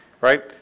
Right